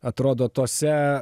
atrodo tose